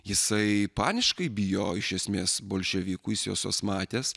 jisai paniškai bijo iš esmės bolševikų jis juos matęs